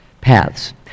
Paths